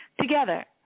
Together